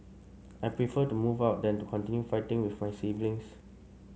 I prefer to move out than to continue fighting with my siblings